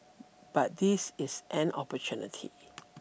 but this is an opportunity